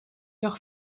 leurs